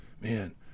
man